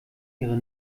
ihre